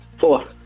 Four